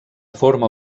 forma